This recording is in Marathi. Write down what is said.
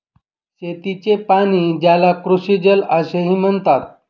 शेतीचे पाणी, ज्याला कृषीजल असेही म्हणतात